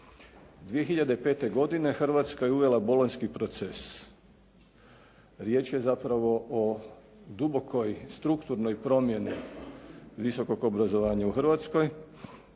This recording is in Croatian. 2005. godine Hrvatska je uvela bolonjski proces, riječ je zapravo o dubokoj strukturnoj promjeni visokog obrazovanja u Hrvatskoj